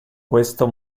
questo